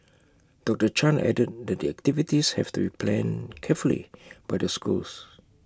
doctor chan added that the activities have to be planned carefully by the schools